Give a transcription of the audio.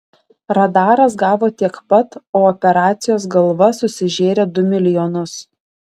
radaras gavo tiek pat o operacijos galva susižėrė du milijonus